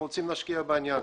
אנחנו רוצים להשקיע בעניין.